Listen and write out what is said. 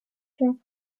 forma